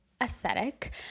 aesthetic